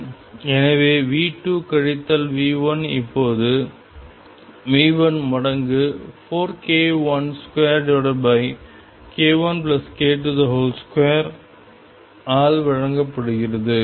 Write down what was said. எனவே v2 கழித்தல் v1 இப்போது v1 மடங்கு 4k12 k1k22 ஆல் வகுக்கப்படுகிறது